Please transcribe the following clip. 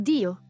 Dio